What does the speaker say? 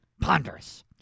Ponderous